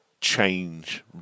change